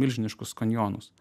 milžiniškus kanjonus